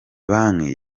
banki